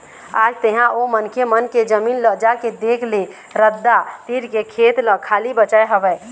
आज तेंहा ओ मनखे मन के जमीन ल जाके देख ले रद्दा तीर के खेत ल खाली बचाय हवय